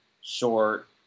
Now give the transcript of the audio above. short